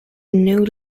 new